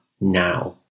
now